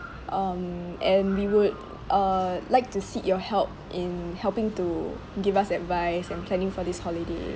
um and we would uh like to seek your help in helping to give us advice and planning for this holiday